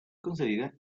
concedida